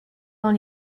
dans